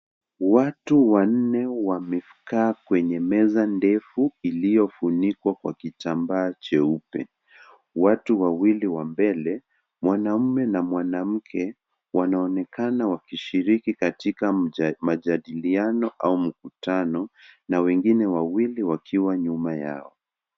Watu wanne wamekaa kwneye meza ndefu iliyofunikwa kwa kitambaa cheupe. Watu wawili wa mbele, mwanaume na mwanamke wanaonekana wakishiriki katika majadiliano au mkutano, na wengine wawili wakiwa nyuma yao.